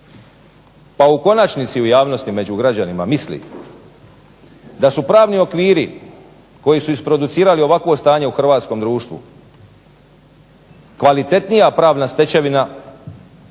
pa u konačnici u javnosti među građanima misli da su pravni okviri koji su isproducirali ovakvo stanje u hrvatskom društvu kvalitetnija pravna stečevina od